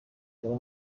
dore